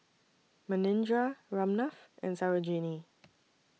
Manindra Ramnath and Sarojini